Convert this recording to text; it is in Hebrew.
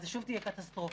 אז שוב תהיה קטסטרופה.